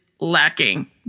lacking